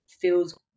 feels